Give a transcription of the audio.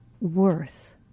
worth